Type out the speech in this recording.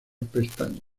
pestañas